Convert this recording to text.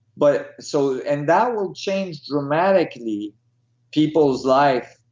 but so and that will change dramatically people's life,